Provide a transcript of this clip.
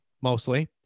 mostly